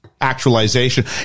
actualization